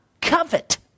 covet